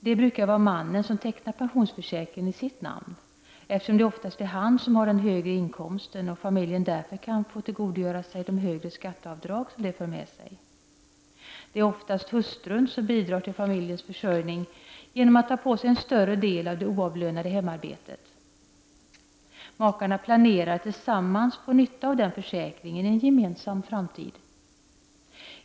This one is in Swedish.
Det brukar vara mannen som tecknar pensionsförsäkringen i sitt namn, eftersom det oftast är han som har den högre inkomsten och familjen därför kan få tillgodogöra sig det högre skatteavdrag som det för med sig. Det är oftast hustrun som bidrar till familjens försörjning genom att ta på sig en större del av det oavlönade hemarbetet. Makarna planerar att tillsammans få nytta av försäkringen i en gemensam framtid.